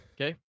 Okay